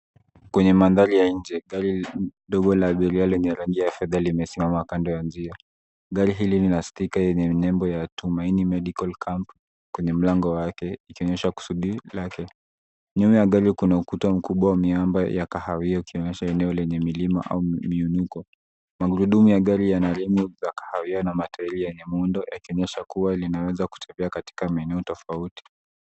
Kwenye mandhari ya nje kuna gari dogo la abiria lenye rangi ya fedha limesimama kando ya njia, gari hili linastika lenye jina la "Tumaini medical camp" kwenye mlango yake ikionyesha kusudi lake. Nyuma ya gari kuna ukuta mkubwa ya miamba ya kahawia ukionyesha eneo milima au mwinuko. Magurudumu ya gari yanalindwa na magurudumu ya tairi lenye muundo ili kuonyesha linaweza kuendeshwa katika maeneo tofauti.